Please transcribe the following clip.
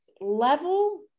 level